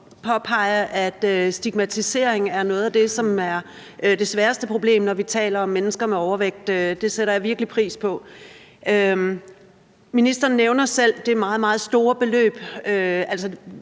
at påpege, at stigmatisering er et af de sværeste problemer, når vi taler om mennesker med overvægt. Det sætter jeg virkelig pris på. Ministeren nævner selv det meget,